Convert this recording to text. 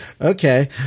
Okay